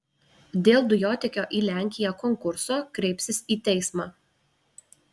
dėl dujotiekio į lenkiją konkurso kreipsis į teismą